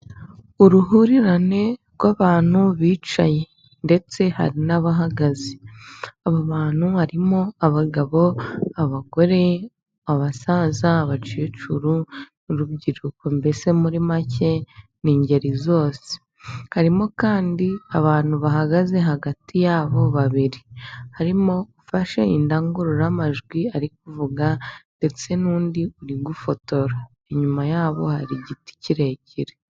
Uruhurirane rw'abantu bicaye ndetse hari n'abahagaze, aba bantu harimo abagabo ,abagore, abasaza, abakecuru ,urubyiruko mbese muri make ni ingeri zose, harimo kandi abantu bahagaze hagati yabo babiri harimo ufashe indangururamajwi ari kuvuga ,ndetse n'undi uri gufotora inyuma yabo hari igiti kirekire.